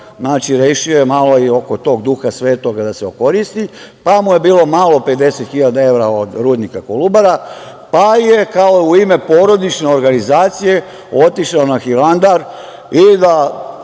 Znači, rešio je malo i oko tog Duha svetoga da se okoristi, pa mu je bilo malo 50.000 evra od rudnika Kolubara, pa je kao u ime porodične organizacije otišao na Hilandar i da